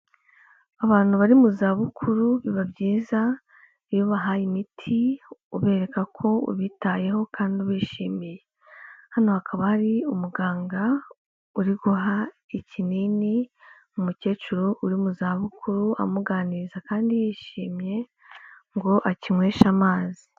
Abantu bari mu zabukuru biba byiza iyo ubahaye imiti ubereka ko ubitayeho kandi ubishimiye, hano hakaba hari umuganga uri guha ikinini umukecuru uri mu za bukuru, amuganiriza kandi yishimye ngo akinyweshe amazi.